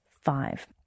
five